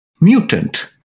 mutant